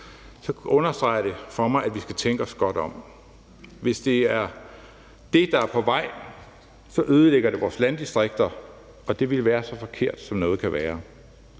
vi bør gøre fremover, skal tænke os godt om. Hvis det er det, der er på vej, ødelægger det vores landdistrikter, og det ville være så forkert, som noget kan være.